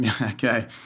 Okay